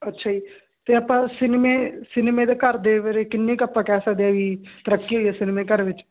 ਅੱਛਾ ਜੀ ਤੇ ਆਪਾਂ ਸਿਨਮੇ ਸਿਨਮੇ ਦੇ ਘਰ ਦੇ ਬਾਰੇ ਕਿੰਨੇ ਕ ਆਪਾਂ ਕਹਿ ਸਕਦੇ ਆਂ ਵੀ ਤਰੱਕੀ ਹੋਈ ਐ ਸਿਨਮੇ ਘਰ ਵਿੱਚ